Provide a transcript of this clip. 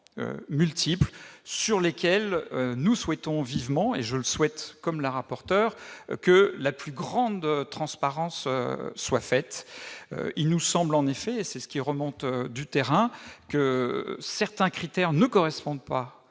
multiples sur lesquels nous désirons vivement, et je le souhaite comme vous, que la plus grande transparence soit faite. Il nous semble en effet, et c'est ce qui remonte du terrain, que certains critères ne correspondent pas